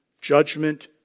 judgment